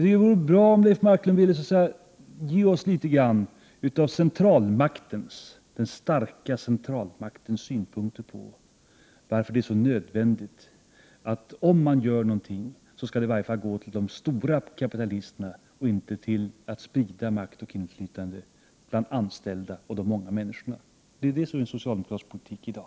Det vore bra om Leif Marklund ville ge oss litet grand av den starka centralmaktens synpunkter på varför det är så nödvändigt att, om man säljer ut någonting, låta det gå till de stora kapitalisterna och inte till spridande av makt och inflytande bland de anställda och de många människorna. Det är ju det som är socialdemokraternas politik i dag.